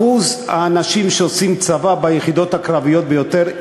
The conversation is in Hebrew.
אחוז האנשים שעושים צבא ביחידות הקרביות ביותר,